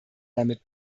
damit